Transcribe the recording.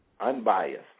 unbiased